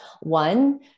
One